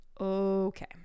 Okay